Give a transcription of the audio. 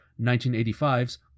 1985's